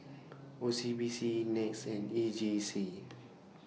O C B C Nets and E J C